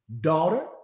daughter